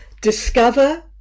discover